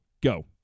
go